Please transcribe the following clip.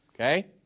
Okay